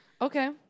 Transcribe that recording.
Okay